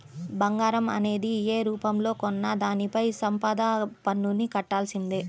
బంగారం అనేది యే రూపంలో కొన్నా దానిపైన సంపద పన్నుని కట్టాల్సిందే